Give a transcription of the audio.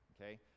okay